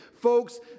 Folks